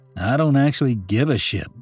I-don't-actually-give-a-shit